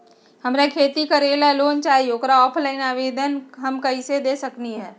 हमरा खेती करेला लोन चाहि ओकर ऑफलाइन आवेदन हम कईसे दे सकलि ह?